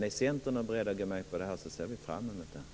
Är Centern beredd att gå med på det ser vi fram emot det.